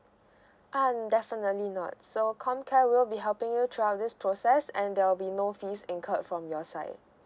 ah definitely not so comcare will be helping you throughout this process and there will be no fees incurred from your side